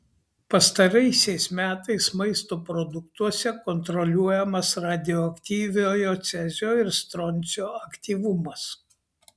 pastaraisiais metais maisto produktuose kontroliuojamas radioaktyviojo cezio ir stroncio aktyvumas